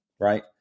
Right